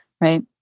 Right